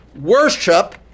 Worship